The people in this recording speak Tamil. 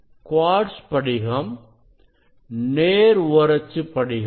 குவார்ட்ஸ் படிகம் நேர் ஓரச்சு படிகம்